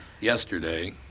yesterday